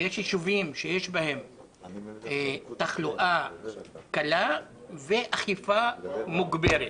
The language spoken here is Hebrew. ויש יישובים שיש בהם תחלואה קלה ואכיפה מוגברת.